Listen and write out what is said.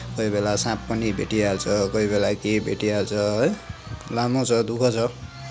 कोहीबेला साँप पनि भेटिहाल्छ कोहीबेला के भेटिहाल्छ है लामो छ दुखः छ